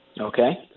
Okay